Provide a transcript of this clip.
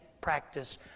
practice